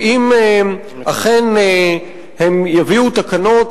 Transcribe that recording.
ואם אכן הם יביאו תקנות,